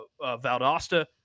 Valdosta